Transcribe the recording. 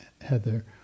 Heather